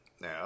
Now